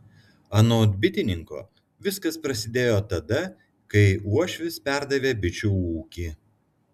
anot bitininko viskas prasidėjo tada kai uošvis perdavė bičių ūkį